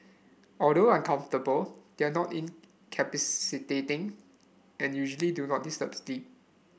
although uncomfortable they are not incapacitating and usually do not disturb sleep